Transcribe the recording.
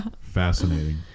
Fascinating